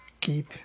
keep